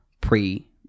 pre